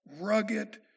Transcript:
rugged